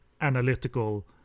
analytical